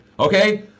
Okay